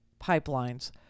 pipelines